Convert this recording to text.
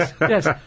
yes